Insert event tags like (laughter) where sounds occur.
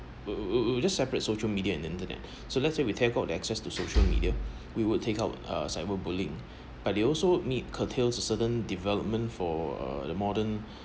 wou~ would just separate social media and internet (breath) so let's say we take out the access to social media we would take our cyber bullying (breath) but they also need curtail to certain development for uh the modern